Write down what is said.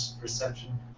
perception